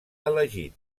elegit